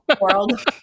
world